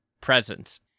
presence